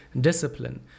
discipline